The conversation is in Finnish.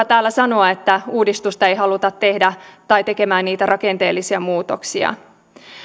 täällä sanoa että ei haluta tehdä uudistusta tai niitä rakenteellisia muutoksia